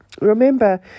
Remember